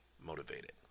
motivated